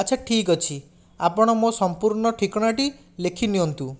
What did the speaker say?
ଆଚ୍ଛା ଠିକ୍ ଅଛି ଆପଣ ମୋ ସମ୍ପୂର୍ଣ୍ଣ ଠିକଣାଟି ଲେଖିନିଅନ୍ତୁ